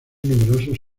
numerosos